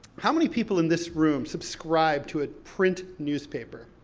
how many people in this room subscribe to a print newspaper?